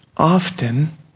often